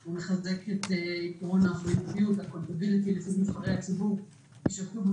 הוא מחזק את עיקרון האחריותיות של נבחרי הציבור ש- -- את